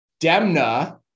Demna